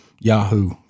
Yahoo